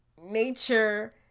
nature